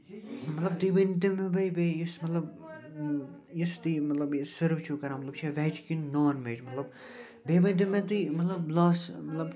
مطلب تُہۍ ؤنۍتو مےٚ بیٚیہِ بیٚیہِ یُس مطلب یُس تُہۍ یہِ مطلب یہِ سٔرٕو چھُو کران مطلب یہِ چھا وٮ۪ج کِنہٕ نان وٮ۪ج مطلب بیٚیہِ ؤنۍتو مےٚ تُہۍ مطلب لاس مطلب